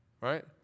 Right